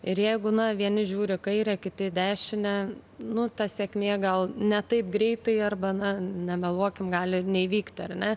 ir jeigu na vieni žiūri į kairę kiti į dešinę nu ta sėkmė gal ne taip greitai arba na nemeluokim gali ir neįvykti ar ne